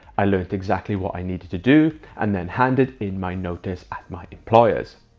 i learned exactly what i needed to do and then handed in my notice at my employers.